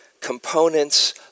components